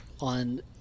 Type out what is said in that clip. on